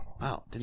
Wow